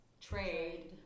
Trade